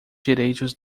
direitos